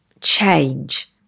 change